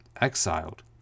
exiled